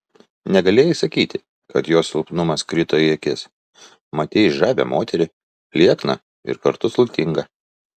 negalėjai sakyti kad jos silpnumas krito į akis matei žavią moterį liekną ir kartu sultingą